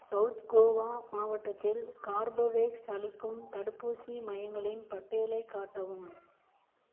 south Goa மாவட்டத்தில் Corbevax அளிக்கும் தடுப்பூசி மையங்களின் பட்டியலைக் காட்டவும்